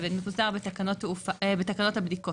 זה מוסדר בתקנות הבדיקות